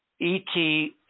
ET